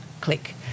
click